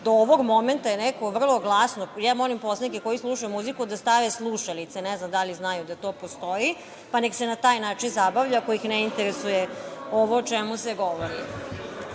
do ovog momenta je neko vrlo glasno…Ja molim poslanike koji slušaju muziku da stave slušalice, ne znam da li znaju da to postoji, pa nek se na taj način zabavljaju ako ih ne interesuje ovo o čemu se govori. Molim